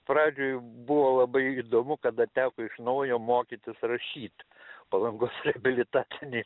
pradžioj buvo labai įdomu kada teko iš naujo mokytis rašyt palangos reabilitacinėj